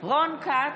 רון כץ,